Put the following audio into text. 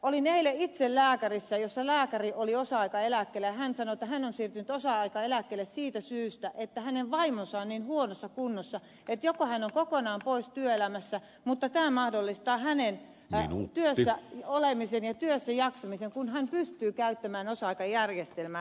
kävin eilen itse lääkärillä joka oli osa aikaeläkkeellä ja hän sanoi että hän on siirtynyt osa aikaeläkkeelle siitä syystä että hänen vaimonsa on niin huonossa kunnossa että joko hän on kokonaan pois työelämästä mutta tämä mahdollistaa hänen työssä olemisensa ja työssäjaksamisensa kun hän pystyy käyttämään osa aikajärjestelmää hyväkseen